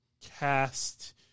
cast